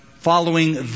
following